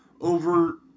over